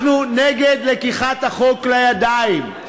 אנחנו נגד לקיחת החוק לידיים.